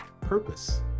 purpose